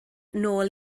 nôl